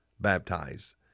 baptized